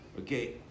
Okay